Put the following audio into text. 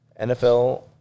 NFL